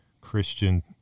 Christian